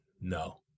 No